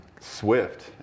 Swift